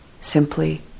simply